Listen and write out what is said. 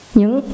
những